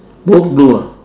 both blue ah